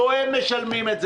לא הם משלמים את זה,